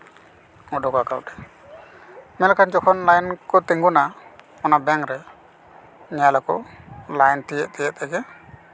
ᱩᱰᱩᱠᱟ ᱠᱟᱹᱣᱰᱤ ᱢᱮᱱᱠᱷᱟᱱ ᱡᱚᱠᱷᱚᱱ ᱯᱟᱭᱮᱱ ᱠᱚ ᱛᱤᱸᱜᱩᱱᱟ ᱚᱱᱟ ᱵᱮᱝᱠ ᱨᱮ ᱧᱮᱞ ᱟᱠᱚ ᱞᱟᱭᱤᱱ ᱛᱤᱭᱳᱜ ᱛᱤᱭᱳᱜ ᱛᱮᱜᱮ